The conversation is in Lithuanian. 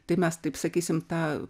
tai mes taip sakysim tą